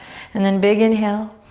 and then big inhale.